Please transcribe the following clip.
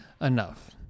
enough